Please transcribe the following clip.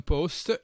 Post